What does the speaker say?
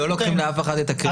לא לוקחים לאף אחד את הקרדיט.